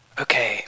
Okay